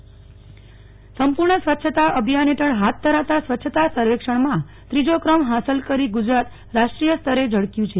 સ્વચ્છતા અભિયાન સંપૂર્ણ સ્વચ્છતા અભિયાન હેઠળ હાથ ધરાતા સ્વચ્છતા સર્વેક્ષણમાં ત્રીજો ક્રમ હાંસલ કરી ગુજરાત રાષ્ટ્રીયસ્તરે ઝળક્યું છે